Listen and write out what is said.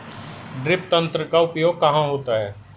Drip तंत्र का उपयोग कहाँ होता है?